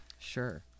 Sure